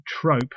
trope